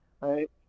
right